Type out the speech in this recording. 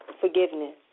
forgiveness